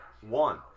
One